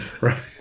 Right